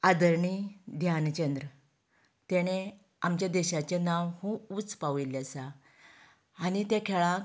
आदरणीय ध्यानचंद्र तेणें आमचें देशाचें नांव खूब उच्च पावयिल्लें आसा आनी तें खेळाक